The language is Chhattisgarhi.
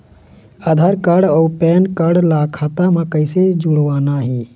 आधार कारड अऊ पेन कारड ला खाता म कइसे जोड़वाना हे?